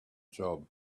job